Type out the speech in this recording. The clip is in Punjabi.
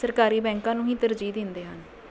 ਸਰਕਾਰੀ ਬੈਂਕਾਂ ਨੂੰ ਹੀ ਤਰਜੀਹ ਦਿੰਦੇ ਹਨ